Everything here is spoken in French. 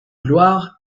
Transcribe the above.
gloire